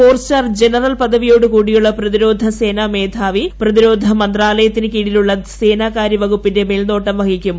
four star general പദവിയോട് കൂടിയുള്ള പ്രതിരോധ സേന മേധാവി പ്രതിരോധ മന്ത്രാലയത്തിനു കീഴിലുള്ള സേനാകാരൃ വകുപ്പിന്റെ മേൽനോട്ടം വഹിക്കും